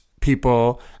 people